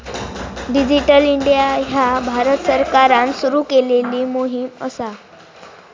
digital India ह्या भारत सरकारान सुरू केलेली मोहीम असा